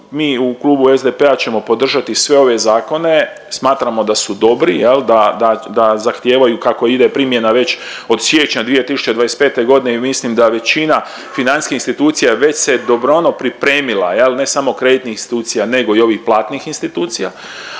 mi u klubu SDP-a ćemo podržati sve ove zakone, smatramo da su dobri, jel, da zahtijevaju kako ide primjena već od siječnja 2025. godine i mislim da većina financijskih institucija već se dobrano pripremila, ne samo kreditnih institucija nego i ovih platnih institucija